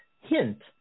hint